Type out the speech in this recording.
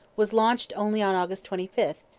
was launched only on august twenty five,